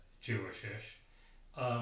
Jewish-ish